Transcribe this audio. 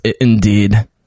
indeed